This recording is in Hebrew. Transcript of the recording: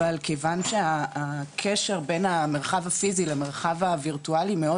אבל כיוון שהקשר בין המרחב הפיסי למרחב הווירטואלי מאוד